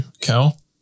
Cal